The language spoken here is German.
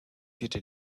vierte